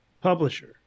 publisher